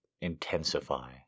intensify